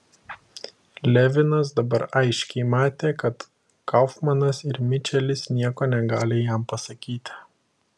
levinas dabar aiškiai matė kad kaufmanas ir mičelis nieko negali jam pasakyti